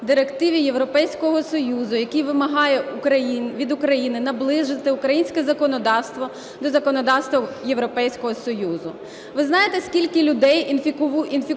Директиві Європейського Союзу, який вимагає від України наблизити українське законодавство до законодавства Європейського Союзу. Ви знаєте, скільки людей інфікується